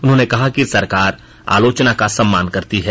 उन्होंने कहा कि सरकार आलोचना का सम्मान करती है